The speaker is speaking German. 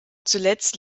zuletzt